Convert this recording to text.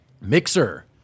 Mixer